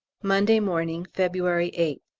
monday morning, february eighth.